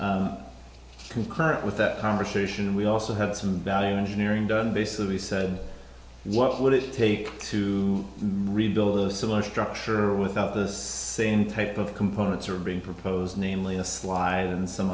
concurrent with that conversation and we also have some value engineering done basically said what would it take to rebuild the similar structure without the same type of components are being proposed namely a slide and some